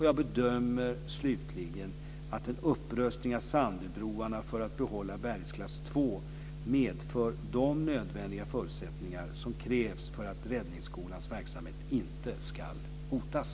Jag bedömer slutligen att en upprustning av Sandöbroarna för att bibehålla bärighetsklass 2 medför de nödvändiga förutsättningar som krävs för att Räddningsskolans verksamhet inte ska hotas.